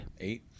Eight